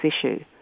issue